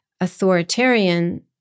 authoritarian